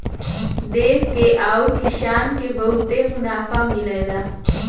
देस के आउर किसान के बहुते मुनाफा मिलला